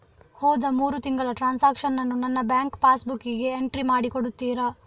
ಹೋದ ಮೂರು ತಿಂಗಳ ಟ್ರಾನ್ಸಾಕ್ಷನನ್ನು ನನ್ನ ಬ್ಯಾಂಕ್ ಪಾಸ್ ಬುಕ್ಕಿಗೆ ಎಂಟ್ರಿ ಮಾಡಿ ಕೊಡುತ್ತೀರಾ?